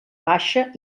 baixa